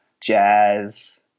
jazz